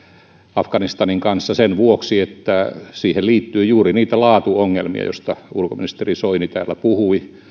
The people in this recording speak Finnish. afganistanin kanssa sen vuoksi että siihen liittyi juuri niitä laatuongelmia joista ulkoministeri soini täällä puhui